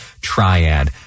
triad